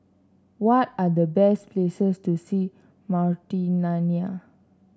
what are the best places to see Mauritania